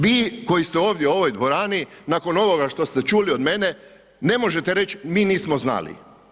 Vi koji ste ovdje u ovoj dvorani nakon ovoga što ste čuli od mene ne možete reći mi nismo znali.